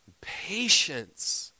patience